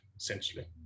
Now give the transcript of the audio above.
essentially